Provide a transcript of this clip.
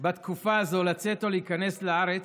בתקופה הזו לצאת או להיכנס לארץ,